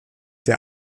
der